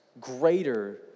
greater